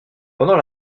pendant